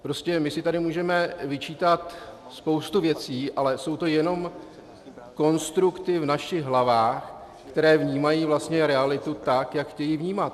Prostě my si tady můžeme vyčítat spoustu věcí, ale jsou to jenom konstrukty v našich hlavách, které vnímají vlastně realitu tak, jak chtějí vnímat.